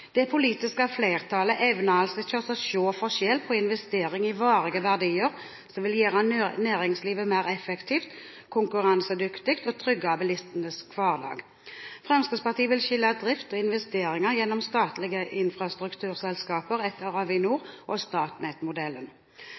Det politiske flertallet evner altså ikke å se forskjell på investering i varige verdier som vil gjøre næringslivet mer effektivt og konkurransedyktig og trygge bilistenes hverdag. Fremskrittspartiet vil skille drift og investeringer gjennom statlige infrastrukturselskaper etter Avinor- og